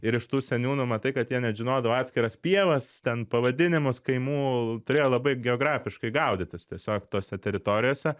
ir iš tų seniūnų matai kad jie net žinodavo atskiras pievas ten pavadinimus kaimų turėjo labai geografiškai gaudytis tiesiog tose teritorijose